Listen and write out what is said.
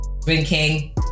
Drinking